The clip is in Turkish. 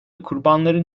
kurbanların